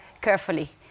carefully